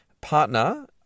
partner